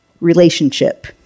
relationship